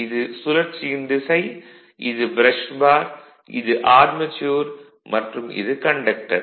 இது சுழற்சியின் திசை இது ப்ரஷ் பார் இது ஆர்மெச்சூர் மற்றும் இது கண்டக்டர்